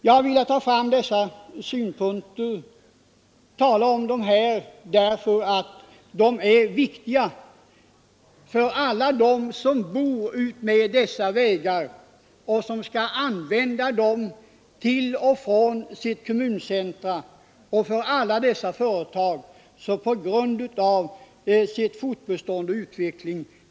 Jag har velat föra fram dessa synpunkter därför att det är viktigt att alla de som bor utefter dessa vägar skall kunna använda dem för att komma till och från sina kommuncentra och därför att företagen är beroende av dessa vägar för sitt fortbestånd och sin utveckling.